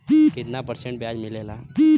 कितना परसेंट ब्याज मिलेला?